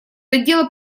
отдела